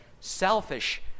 selfish